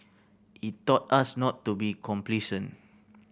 it taught us not to be complacent